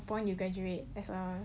once you graduate as a